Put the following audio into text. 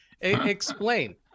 Explain